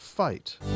fight